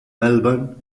melbourne